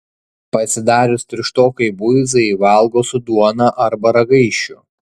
pasidarius tirštokai buizai valgo su duona arba ragaišiu